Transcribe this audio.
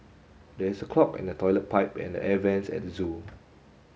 there is a clog in the toilet pipe and the air vents at the zoo